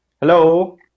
Hello